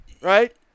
right